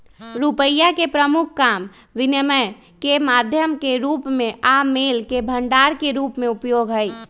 रुपइया के प्रमुख काम विनिमय के माध्यम के रूप में आ मोल के भंडार के रूप में उपयोग हइ